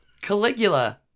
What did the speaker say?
Caligula